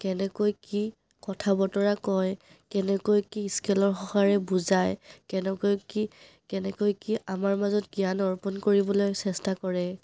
কেনেকৈ কি কথা বতৰা কয় কেনেকৈ কি স্কেলৰ সহায়েৰে বুজায় কেনেকৈ কি কেনেকৈ কি আমাৰ মাজত জ্ঞান অৰ্পণ কৰিবলৈ চেষ্টা কৰে